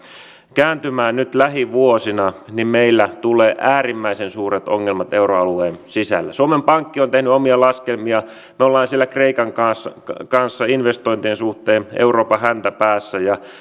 kääntymään nyt lähivuosina niin meillä tulee äärimmäisen suuret ongelmat euroalueen sisällä suomen pankki on tehnyt omia laskelmiaan me olemme kreikan kanssa investointien suhteen siellä euroopan häntäpäässä